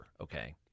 okay